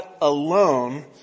alone